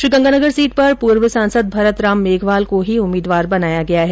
Sriganganagar seat पर पूर्व सांसद भरतराम मेघवाल को ही उम्मीदवार बनाया है